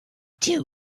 too